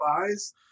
eyes